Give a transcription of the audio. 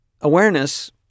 awareness